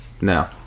No